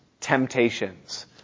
temptations